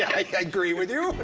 i agree with you. but